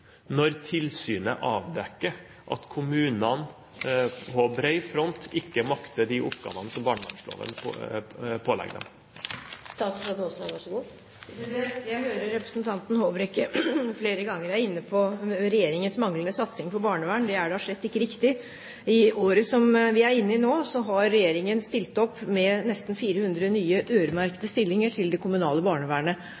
når tilsynet avdekker at kommunene på bred front ikke makter de oppgavene som barnevernsloven pålegger dem? Jeg hører representanten Håbrekke flere ganger er inne på regjeringens manglende satsing på barnevern. Det er da slett ikke riktig. I det året som vi er inne i nå, har regjeringen stilt opp med nesten 400 nye